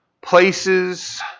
places